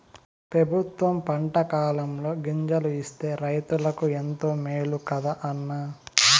పెబుత్వం పంటకాలంలో గింజలు ఇస్తే రైతులకు ఎంతో మేలు కదా అన్న